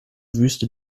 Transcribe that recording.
wüste